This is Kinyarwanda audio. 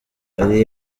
hari